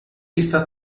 está